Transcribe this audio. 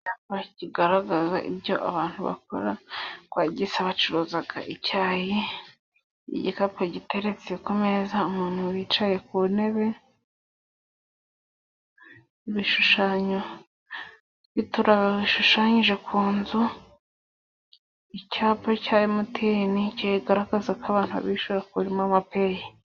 Icyapa kigaragaza ibyo abantu bakora kwa Gisa, bacuruza icyayi, igikapu giteretse ku meza, umuntu wicaye ku ntebe, ibishushanyo by'uturago bishushanyije ku nzu, icyapa cya emutiyeni kigaragaza ko abantu bishyura kuri momopeyi.